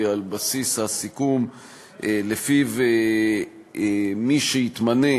היא על בסיס הסיכום שלפיו מי שיתמנה